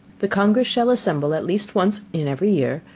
the congress shall assemble at least once in every year,